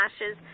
lashes